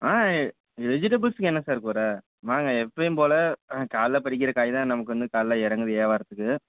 ஆ வெஜிடபிள்ஸ்க்கு என்ன சார் குற வாங்க எப்போயும் போல் காலைல பறிக்கின்ற காய் தான் நமக்கு வந்து காலைல இறங்குது வியாவாரத்துக்கு